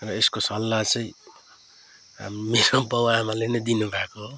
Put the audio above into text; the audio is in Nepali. र यसको सल्लाह चाहिँ हाम् मेरो बाउ आमाले नै दिनु भएको हो